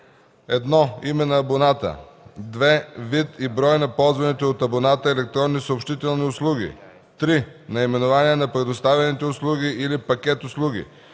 1. име на абоната; 2. вид и брой на ползваните от абоната електронни съобщителни услуги; 3. наименование на предоставяните услуги или пакет услуги;